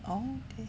okay